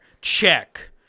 Check